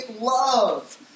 love